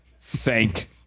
thank